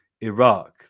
Iraq